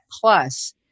plus